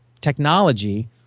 technology